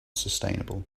sustainable